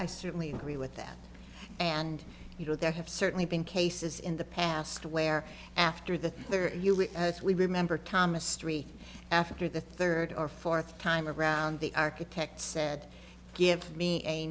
certainly agree with that and you know there have certainly been cases in the past where after the there we remember thomas street after the third or fourth time around the architect said give me a